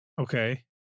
okay